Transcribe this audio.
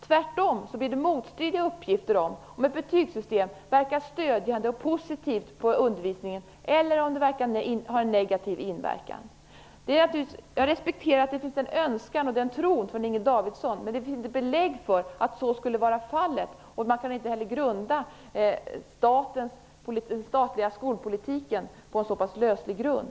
Tvärtom finns det motstridiga uppgifter om huruvida ett betygssystem verkar stödjande och positivt på undervisningen eller om det har en negativ inverkan. Jag respekterar den önskan och den tro som Inger Davidson har, men det finns inga belägg för att så skulle vara fallet. Man kan därför inte grunda den statliga skolpolitiken på en så pass löslig grund.